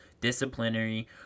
disciplinary